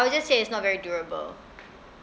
I will just say it's not very durable